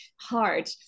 hard